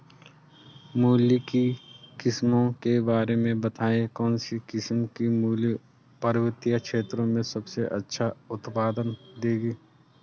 मूली की किस्मों के बारे में बताइये कौन सी किस्म की मूली पर्वतीय क्षेत्रों में सबसे अच्छा उत्पादन देंगी?